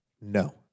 No